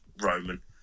Roman